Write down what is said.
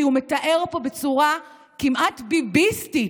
כי הוא מתאר פה בצורה כמעט ביביסטית,